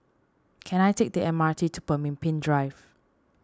can I take the M R T to Pemimpin Drive